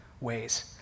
ways